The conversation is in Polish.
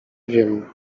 wiem